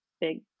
big